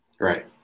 Right